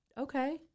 Okay